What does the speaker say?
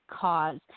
cause